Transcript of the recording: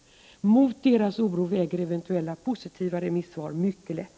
Mot de handikappades oro: väger eventuella positiva remissvar mycket lätt: